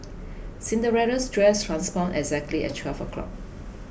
Cinderella's dress transformed exactly at twelve o'clock